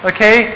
Okay